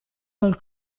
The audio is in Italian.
col